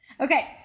Okay